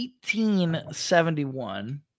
1871